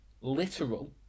literal